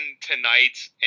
tonight